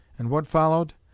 and what followed?